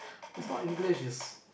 it's not English is